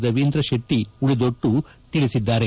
ರವೀಂದ್ರ ಶೆಟ್ಟಿ ಉಳಿದೊಟ್ಟು ತಿಳಿಸಿದ್ದಾರೆ